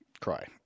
cry